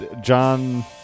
John